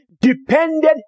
depended